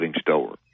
store